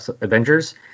Avengers